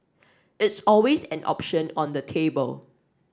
it's always an option on the table